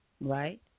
right